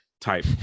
type